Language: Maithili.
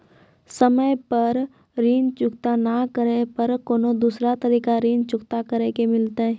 समय पर ऋण चुकता नै करे पर कोनो दूसरा तरीका ऋण चुकता करे के मिलतै?